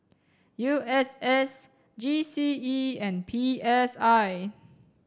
U S S G C E and P S I